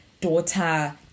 daughter